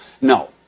No